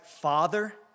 father